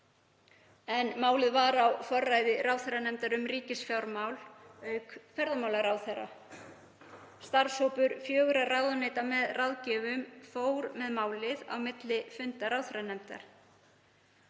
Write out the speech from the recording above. Málið var á forræði ráðherranefndar um ríkisfjármál, auk ferðamálaráðherra. Starfshópur fjögurra ráðuneyta, með ráðgjöfum, fór með málið á milli funda ráðherranefndar.